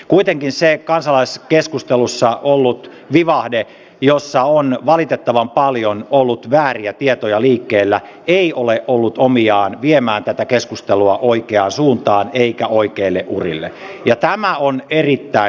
kuitenkin se kansalaiskeskustelussa ollut vivahde jossa on valitettavan paljon ollut vääriä tietoja liikkeellä ei ole ollut omiaan viemään tätä keskustelua oikeaan suuntaan eikä oikeille urille ja tämä on erittäin valitettavaa